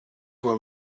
will